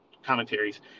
commentaries